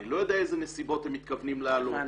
אני לא יודע איזה נסיבות הם מתכוונים להעלות